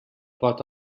pot